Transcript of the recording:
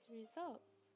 results